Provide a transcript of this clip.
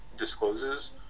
discloses